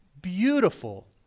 beautiful